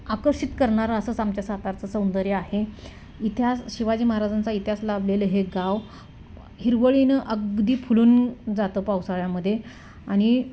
आकर्षित करणारं असंच आमच्या सातारचं सौंदर्य आहे इतिहास शिवाजी महाराजांचा इतिहास लाभलेलं हे गाव हिरवळीनं अगदी फुलून जातं पावसाळ्यामध्ये आणि